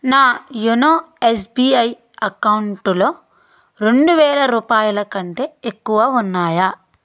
నా YONO SBI అకౌంటులో రెండు వేల రూపాయల కంటే ఎక్కువ ఉన్నాయా